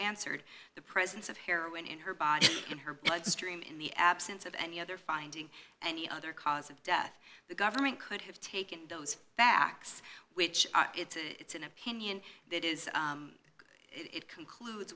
answered the presence of heroin in her body in her bloodstream in the absence of any other finding any other cause of death the government could have taken those facts which it's a it's an opinion that is it conclude